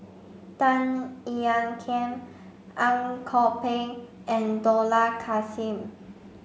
Tan Ean Kiam Ang Kok Peng and Dollah Kassim